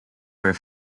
were